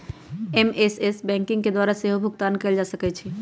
SMS banking के द्वारा सेहो भुगतान कएल जा सकै छै